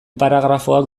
paragrafoak